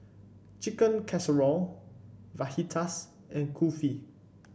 Chicken Casserole Fajitas and Kulfi